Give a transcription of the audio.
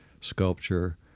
sculpture